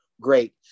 Great